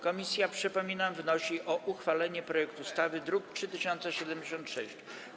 Komisja, przypominam, wnosi o uchwalenie projektu ustawy z druku nr 3076.